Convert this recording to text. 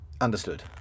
Understood